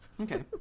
okay